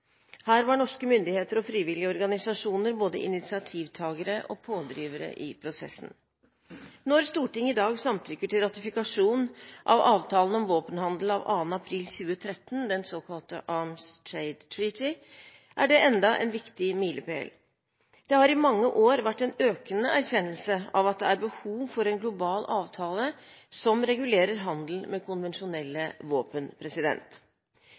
Her var norske myndigheter og frivillige organisasjoner både initiativtagere og pådrivere i prosessen. Når Stortinget i dag samtykker til ratifikasjon av avtalen om våpenhandel av 2. april 2013, den såkalte Arms Trade Treaty, er det enda en viktig milepæl. Det har i mange år vært en økende erkjennelse av at det er behov for en global avtale som regulerer handel med konvensjonelle våpen.